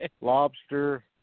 lobster